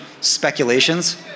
speculations